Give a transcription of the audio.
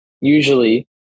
usually